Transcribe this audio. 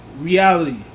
reality